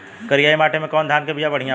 करियाई माटी मे कवन धान के बिया बढ़ियां पड़ी?